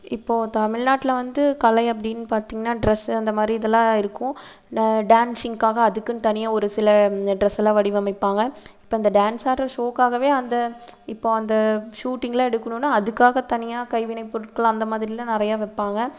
இப்போது தமிழ்நாட்டில் வந்து கலை அப்டின்னு பார்த்திங்கன்னா ட்ரெஸ் அந்த மாதிரி இதல்லாம் இருக்கும் டான்சிங்குக்காக அதுக்குன்னு தனியாக ஒரு சில டிரெஸலாம் வடிவமைப்பாங்க இப்போ அந்த டான்ஸ் ஆடுற ஷோக்காகவே அந்த இப்போ அந்த ஷூட்டிங்லாம் எடுக்கணும்னா அதுக்காக தனியாக கைவினை பொருட்கள் அந்த மாதிரிலாம் நிறைய வைப்பாங்க